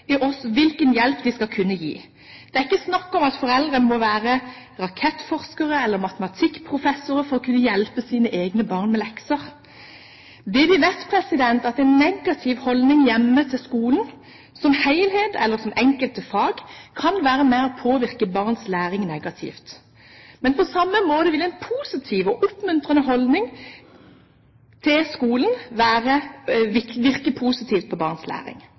hvilken hjelp de skal kunne gi. Det er ikke snakk om at foreldre må være rakettforskere eller matematikkprofessorer for å kunne hjelpe sine egne barn med lekser. Vi vet at en negativ holdning hjemme til skolen som helhet eller til enkelte fag kan være med på å påvirke barnas læring negativt. Men på samme måte vil en positiv og oppmuntrende holdning til skolen virke positivt på